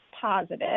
positive